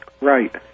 Right